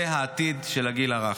זה העתיד של הגיל הרך.